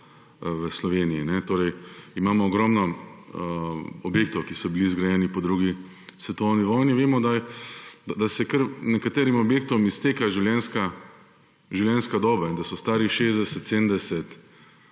v Sloveniji relativno star, da imamo ogromno objektov, ki so bili zgrajeni po drugi svetovni vojni, vemo, da se kar nekaterim objektom izteka življenjska doba in da so stari 60, 70